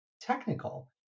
technical